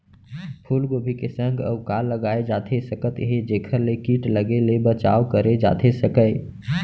फूलगोभी के संग अऊ का लगाए जाथे सकत हे जेखर ले किट लगे ले बचाव करे जाथे सकय?